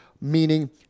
meaning